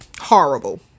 Horrible